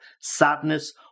sadness